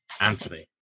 Anthony